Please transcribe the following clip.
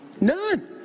None